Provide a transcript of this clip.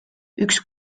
üks